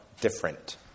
different